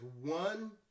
one